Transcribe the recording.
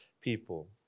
people